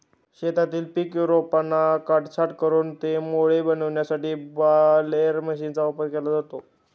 शेतातील पीक रोपांना काटछाट करून ते मोळी बनविण्यासाठी बालेर मशीनचा वापर केला जातो